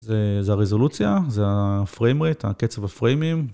זה הרזולוציה, זה הפריימרייט, הקצב הפריימיים.